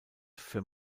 für